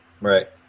right